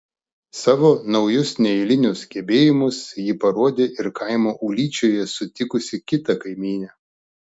savo naujus neeilinius gebėjimus ji parodė ir kaimo ūlyčioje sutikusi kitą kaimynę